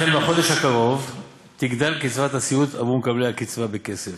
החל מהחודש הקרוב תגדל קצבת הסיעוד עבור מקבלי הקצבה בכסף.